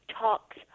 talks